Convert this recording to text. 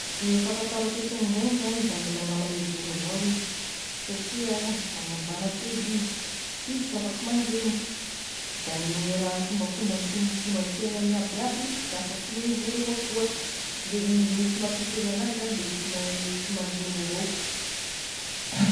Ny fahafantarako e pingouin zany, da mbola namagne voro avao izy, satria magna- magnatody izy, f'izy sy afaky mandrembo, da mi- ny raha fombafombany sa ny fomba fiaignany aby aby da fa koa gny voro avao koa, ndre- i- ny sy mampitovy anazy zagny dia izy sy ma- izy sy mandrembo avao.